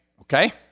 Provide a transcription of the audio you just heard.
okay